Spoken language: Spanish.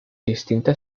distinta